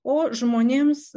o žmonėms